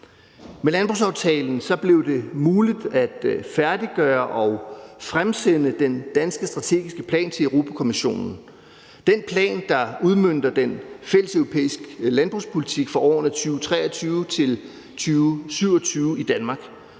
Med landbrugsaftalen blev det muligt at færdiggøre og fremsende den danske strategiske plan til Europa-Kommissionen; den plan, der udmønter den fælles europæiske landbrugspolitik for årene 2023-2027 i Danmark.